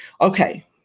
Okay